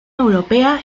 europea